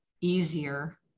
easier